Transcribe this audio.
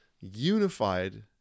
unified